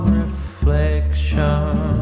reflection